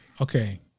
Okay